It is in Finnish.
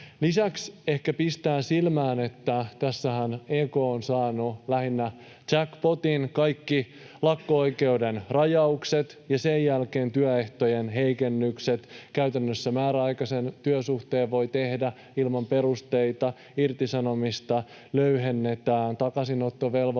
Lisäksi pistää silmään, että tässähän EK on saanut lähinnä jackpotin, kaikki lakko-oikeuden rajaukset ja sen jälkeen työehtojen heikennykset — käytännössä määräaikaisen työsuhteen voi tehdä ilman perusteita, irtisanomista löyhennetään, takaisinottovelvollisuudesta